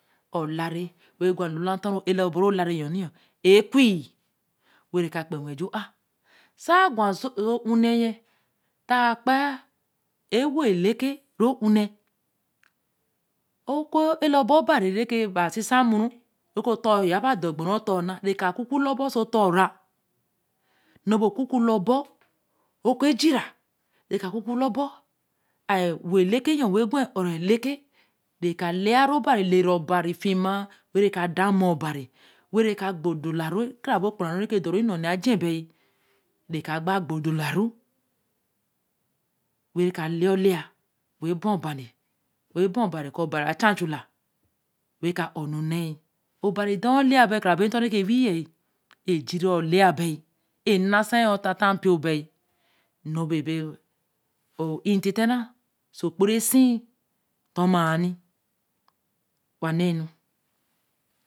O lare wen gwa a lu la re e lo bo yo e kwue, wen re ka kpe wen ju à sa gwa so hon ne yen, ta kpa ẽ-wo le ke re ho ne, oku ele bo obavi reki na Sisa moru, re ke o ton ya ya dogbo ton na, re ka kuku la obo, ã ẽ-wo le yo-gwa õ-ro leke, reka leya ru cobari elera, obari fima wen ka thein da mo obari wen re kagbo do la ru ecara be apuraru eke doru emo ne a cha ba, re loca gba gbodo ra ru, wen re ka leya oleya wan baaõ ba bari ko obari a cha chu-la wen konu ne ye, obari dag̃oleya be so kare be tor reke wei yea efira o leya beá, na sayai o te te npio be, ñno be be õ iñn te ra õso kporu si tor ma ni wa na nu